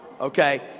okay